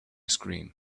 scream